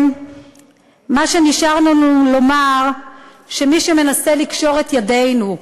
מה שנשאר לנו לומר: מי שמנסה לקשור את ידינו,